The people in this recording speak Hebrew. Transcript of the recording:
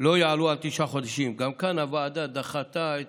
לא יעלו על תשעה חודשים, גם כאן הוועדה דחתה את